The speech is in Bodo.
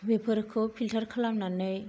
बेफोरखौ फिलतार खालामनानै